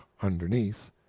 underneath